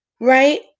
right